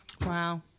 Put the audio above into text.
Wow